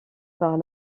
par